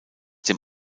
dem